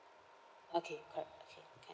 okay correct okay can